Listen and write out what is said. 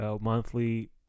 monthly